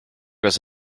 goes